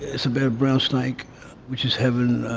it's about a brown snake which is having